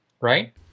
right